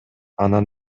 анан